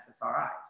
SSRIs